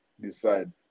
decide